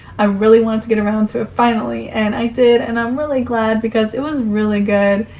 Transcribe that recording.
i really wanted to get around to it finally. and i did and i'm really glad because it was really good.